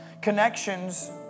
Connections